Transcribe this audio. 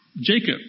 Jacob